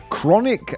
Chronic